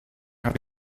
hat